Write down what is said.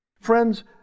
Friends